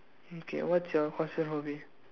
okay what's your constant hobby